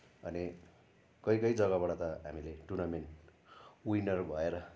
अनि कोही कोही जग्गाबाट त हामीले टुर्नामेन्ट विनर भएर